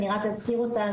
אני רק אזכיר אותה,